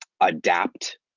adapt